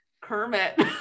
Kermit